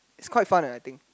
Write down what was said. is quite fun I think